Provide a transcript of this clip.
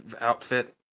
outfit